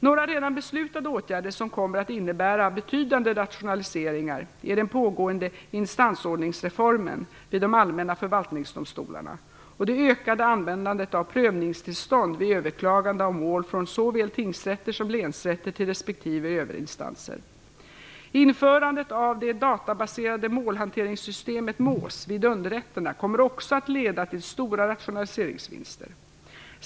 Några redan beslutade åtgärder som kommer att innebära betydande rationaliseringar är den pågående instansordningsreformen vid de allmänna förvaltningsdomstolarna och det ökade användandet av prövningstillstånd vid överklagande av mål från såväl tingsrätter som länsrätter till respektive överinstanser. vid underrätterna kommer också att leda till stora rationaliseringsvinster.